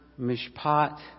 mishpat